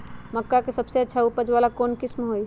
मक्का के सबसे अच्छा उपज वाला कौन किस्म होई?